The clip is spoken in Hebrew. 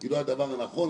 היא לא הדבר הנכון.